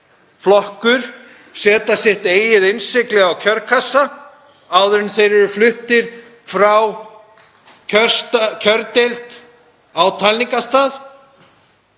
flokkur t.d. setja sitt eigið innsigli á kjörkassa áður en þeir eru fluttir úr kjördeild á talningarstað?